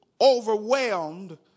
overwhelmed